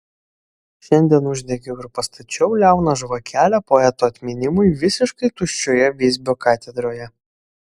šiandien uždegiau ir pastačiau liauną žvakelę poeto atminimui visiškai tuščioje visbio katedroje